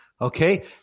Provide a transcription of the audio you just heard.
Okay